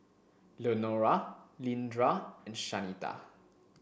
Leonora Leandra and Shanita